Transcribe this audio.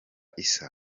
isa